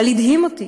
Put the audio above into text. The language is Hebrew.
אבל הדהים אותי,